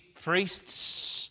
priests